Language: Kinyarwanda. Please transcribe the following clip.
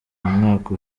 mwaka